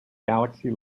galaxy